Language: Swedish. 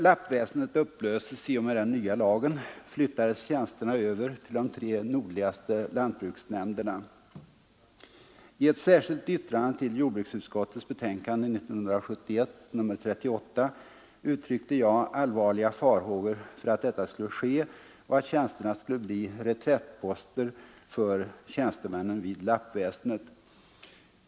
I ett särskilt yttrande till jordbruksutskottets betänkande nr 38 år 1971 uttryckte jag allvarliga farhågor för att detta skulle ske och att de nyinrättade tjänsterna skulle bli reträttposter för tjänstemännen vid lappväsendet.